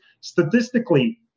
statistically